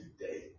today